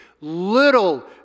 Little